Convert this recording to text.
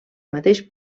mateix